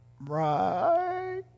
right